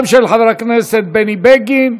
וגם של חבר הכנסת בני בגין,